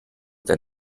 der